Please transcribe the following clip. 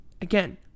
again